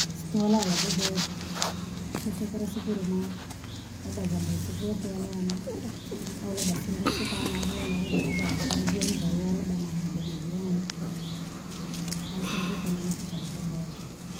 Stolala vyabowa tuku, isusu kira siku limare, labda vandu sivokerawana au labda sindosikana na uhara ubava vandu vali valivarura labda ma- jimajirani,, au sindro na mukikala vyabowa tuku.